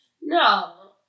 No